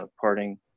parting